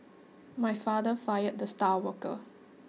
my father fired the star worker